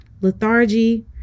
lethargy